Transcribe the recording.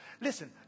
Listen